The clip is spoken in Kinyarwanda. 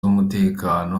z’umutekano